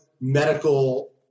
medical